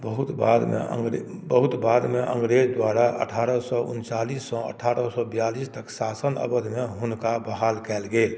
बहुत बादमे अङ्ग बहुत बादमे अंग्रेज दुआरा अठारह सए उनतालिस सँ अठारह सए बियालिस कऽ शासन अवधिमे हुनका बहाल कयल गेल